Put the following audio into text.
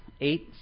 Eight